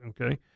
okay